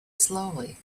slowly